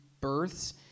births